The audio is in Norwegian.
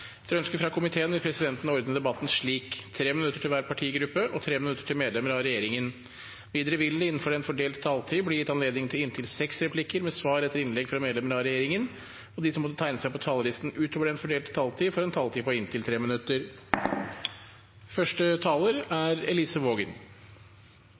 Etter ønske fra utdannings- og forskningskomiteen vil presidenten ordne debatten slik: 3 minutter til hver partigruppe og 3 minutter til medlemmer av regjeringen. Videre vil det – innenfor den fordelte taletid – bli gitt anledning til inntil seks replikker med svar etter innlegg fra medlemmer av regjeringen, og de som måtte tegne seg på talerlisten utover den fordelte taletid, får en taletid på inntil 3 minutter.